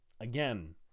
again